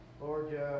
Lord